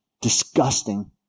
Disgusting